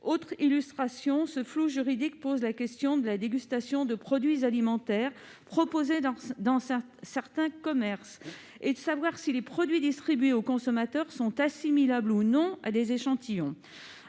Autre illustration, ce flou juridique pose la question de la dégustation de produits alimentaires proposée dans certains commerces. Il s'agit de savoir si les produits distribués aux consommateurs sont assimilables ou non à des échantillons.